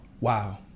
Wow